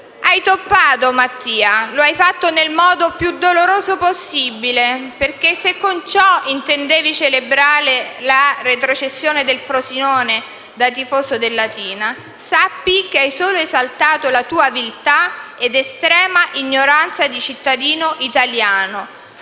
Hai toppato, Mattia, e lo hai fatto nel modo più doloroso possibile perché, se con ciò intendevi celebrare la retrocessione del Frosinone, da tifoso del Latina, sappi che hai solo esaltato la tua viltà ed estrema ignoranza di cittadino italiano,